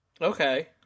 okay